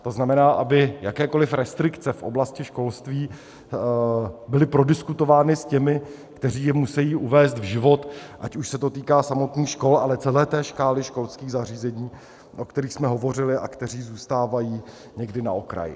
To znamená, aby jakékoliv restrikce v oblasti školství byly prodiskutovány s těmi, kteří je musejí uvést v život, ať už se to týká samotných škol, ale celé té škály školských zařízení, o kterých jsme hovořili, a kteří zůstávají někdy na okraji.